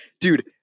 dude